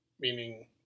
Meaning